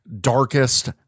darkest